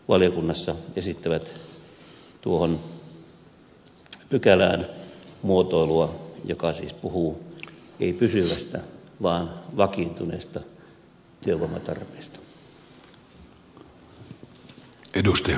valiokunnassa esittävät tuohon pykälään muotoilua joka siis puhuu ei pysyvästä vaan vakiintuneesta työvoimatarpeesta